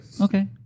Okay